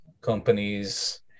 companies